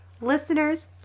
listeners